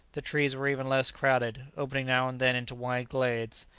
the trees were even less crowded, opening now and then into wide glades.